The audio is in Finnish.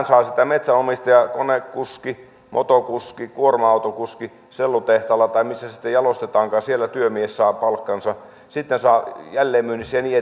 saa siitä metsänomistaja konekuski motokuski kuorma autokuski sellutehtaalla tai missä sitten jalostetaankaan siellä työmies saa palkkansa sitten saa jälleenmyynnissä ja niin